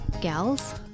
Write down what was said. gals